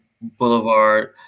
Boulevard